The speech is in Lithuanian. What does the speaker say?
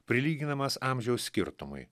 prilyginamas amžiaus skirtumui